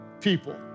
people